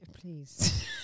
Please